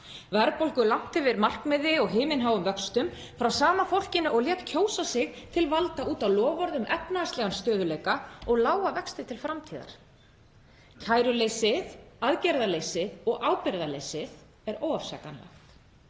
verðbólgu langt yfir markmiði og himinháum vöxtum, frá sama fólkinu og lét kjósa sig til valda út á loforð um efnahagslegan stöðugleika og lága vexti til framtíðar. Kæruleysið, aðgerðaleysið og ábyrgðarleysið er óafsakanleg.